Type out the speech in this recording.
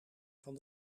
van